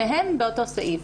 שניהם באותו סעיף.